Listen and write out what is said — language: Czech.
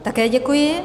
Také děkuji.